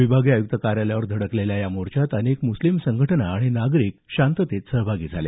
विभागीय आयुक्त कार्यालयावर धडकलेल्या या मोर्चात अनेक मुस्लिम संघटना आणि नागरिक शांततेत सहभागी झाले